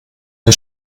wir